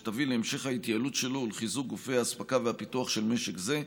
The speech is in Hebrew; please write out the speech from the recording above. והיא תביא להמשך ההתייעלות שלו ולחיזוק גופי האספקה והפיתוח של משק זה.